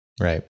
right